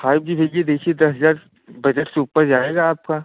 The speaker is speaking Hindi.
फाइव जी भेजिए देखिए दस हज़ार बजट से ऊपर जाएगा आपका